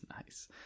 nice